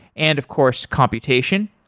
and of course, computation.